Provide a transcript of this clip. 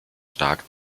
stark